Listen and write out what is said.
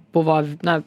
buvo na